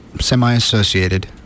semi-associated